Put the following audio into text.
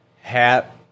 Hat